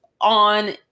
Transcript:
on